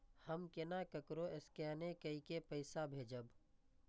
हम केना ककरो स्केने कैके पैसा भेजब?